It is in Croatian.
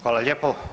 Hvala lijepo.